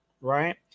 right